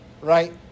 right